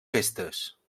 festes